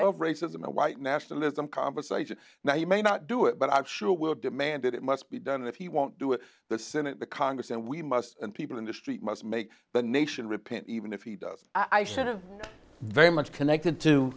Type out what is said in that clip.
of racism and white nationalism conversation now you may not do it but i sure will demand it must be done if he won't do it the senate the congress and we must and people in the street must make the nation repent even if he does i should have very much connected to